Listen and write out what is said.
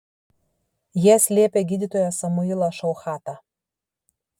jie slėpė gydytoją samuilą šauchatą